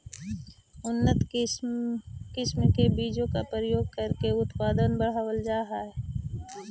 उन्नत किस्म के बीजों का प्रयोग करके उत्पादन बढ़ावल जा रहलइ हे